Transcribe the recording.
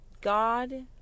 God